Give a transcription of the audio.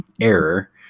error